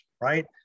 right